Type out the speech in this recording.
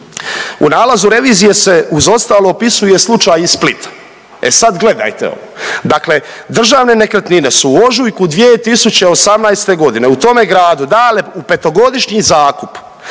U nalazu revizije se uz ostalo opisuje slučaj iz Splita. E sad, gledajte ovo. Dakle, Državne nekretnine su u ožujku 2018. godine u tome gradu dale u petogodišnji zakup